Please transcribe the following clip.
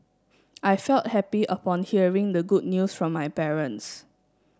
I felt happy upon hearing the good news from my parents